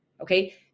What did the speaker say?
okay